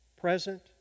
present